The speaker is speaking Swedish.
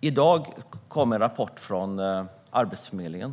I dag kom det en rapport från Arbetsförmedlingen.